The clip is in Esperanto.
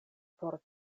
por